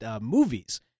movies